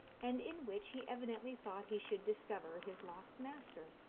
and in which he evidently thought he should discover his lost master.